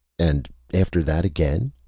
and after that again?